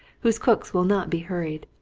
whose cooks will not be hurried,